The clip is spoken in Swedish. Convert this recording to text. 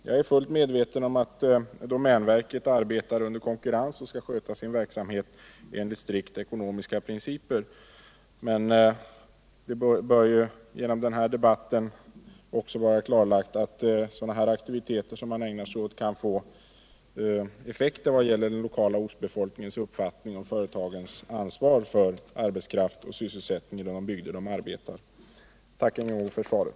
Jag är fullt medveten om att domänverket arbetar under konkurrens och skall sköta sin verksamhet enligt strikt ekonomiska principer, men det bör genom den här debatten också vara klarlagt att sådana här aktiviteter som man ägnar sig åt kan få effekter vad gäller den lokala ortsbefolkningens uppfattning om företagets ansvar för arbetskraft och sysselsättning inom bygden där de arbetar. Jag tackar än en gång för svaret.